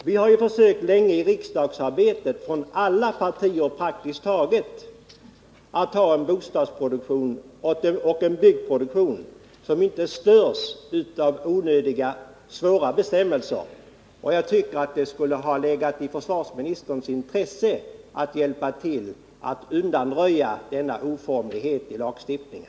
Vi har ju länge i riksdagsarbetet från praktiskt taget alla partiers sida försökt få till stånd en byggproduktion som inte störs av onödigt svåra bestämmelser, och jag tycker att det skulle ha legat i försvarsministerns intresse att hjälpa till att undanröja denna oformlighet i lagstiftningen.